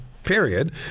Period